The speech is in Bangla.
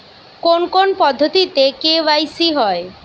কোন কোন পদ্ধতিতে কে.ওয়াই.সি হয়?